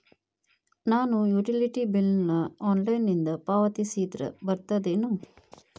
ನಾನು utility bill ನ ಆನ್ಲೈನಿಂದ ಪಾವತಿಸಿದ್ರ ಬರ್ತದೇನು?